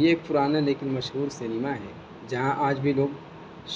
یہ ایک پرانہ لیکن مشہور سنیما ہے جہاں آج بھی لوگ